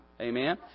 Amen